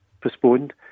postponed